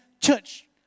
Church